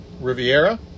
Riviera